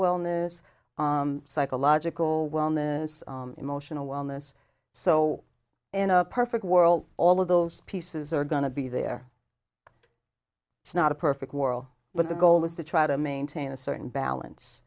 wellness psychological wellness emotional wellness so in a perfect world all of those pieces are going to be there it's not a perfect world but the goal is to try to maintain a certain balance